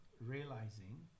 realizing